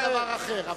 זה דבר אחר.